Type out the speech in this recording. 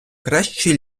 кращі